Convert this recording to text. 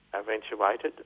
eventuated